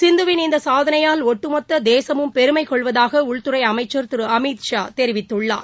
சிந்துவின் இந்த சாதனையால் ஒட்டுமொத்த தேசமும் பெருமை கொள்வதாக உள்துறை அமைச்சர ்திரு அமித் ஷா தெரிவித்தள்ளார்